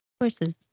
horses